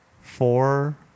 four